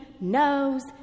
knows